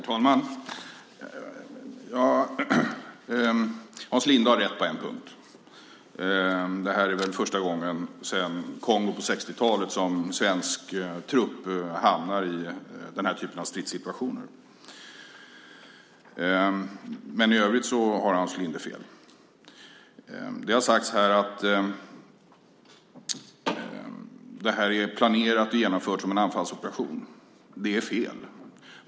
Herr talman! Hans Linde har rätt på en punkt. Det här är väl första gången sedan Kongo på 60-talet som svensk trupp hamnar i den här typen av stridssituationer. Men i övrigt har Hans Linde fel. Det har sagts att det här är planerat och genomfört som en anfallsoperation. Det är fel.